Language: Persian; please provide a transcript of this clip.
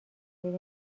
بریم